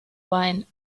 wine